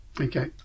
Okay